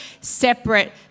separate